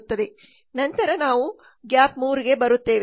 ನಂತರ ನಾವು ಗ್ಯಾಪ್ 3 ಗೆ ಬರುತ್ತೇವೆ